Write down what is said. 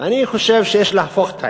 ואני חושב שיש להפוך את העניין,